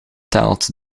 telt